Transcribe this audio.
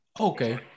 Okay